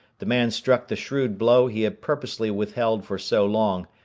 the man struck the shrewd blow he had purposely withheld for so long,